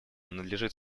надлежит